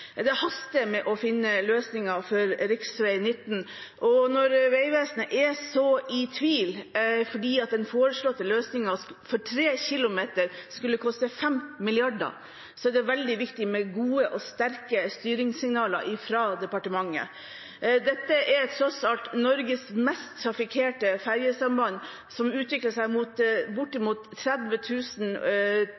Det haster med å finne løsninger for rv. 19, og når Vegvesenet er så i tvil fordi den foreslåtte løsningen for 3 km skulle koste 5 mrd. kr, er det veldig viktig med gode og sterke styringssignaler fra departementet. Dette er tross alt Norges mest trafikkerte ferjesamband, og det utvikler seg mot